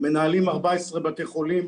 אנחנו מנהלים 14 בתי חולים.